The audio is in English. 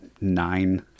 nine